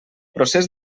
procés